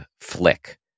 flick